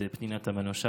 פנינה תמנו שטה,